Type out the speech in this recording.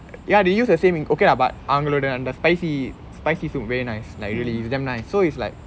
ya they use the same in okay lah but அவங்களுட அந்த:avangaloda antha spicy spicy soup very nice like really it's damn nice so it's like